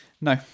No